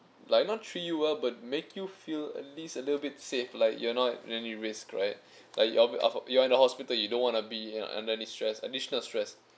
like not treat you well but make you feel at least a little bit safe like you're not in any risk right like you are of you are in the hospital you don't wanna be in under any stress additional stress